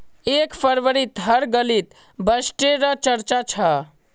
एक फरवरीत हर गलीत बजटे र चर्चा छ